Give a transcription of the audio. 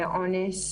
ואונס,